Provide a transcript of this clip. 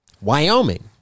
Wyoming